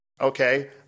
Okay